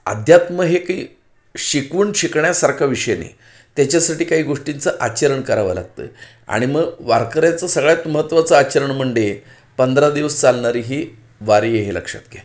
अध्यात्म हे काही शिकवून शिकण्यासारखा विषय नाही त्याच्यासाठी काही गोष्टींचं आचरण करावं लागतं आणि मग वारकऱ्याचं सगळ्यात महत्त्वाचं आचरण म्हंडे पंधरा दिवस चालणारी ही वारी हे लक्षात घ्या